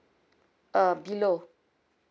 uh below